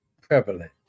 prevalent